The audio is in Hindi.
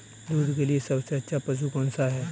दूध के लिए सबसे अच्छा पशु कौनसा है?